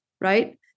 right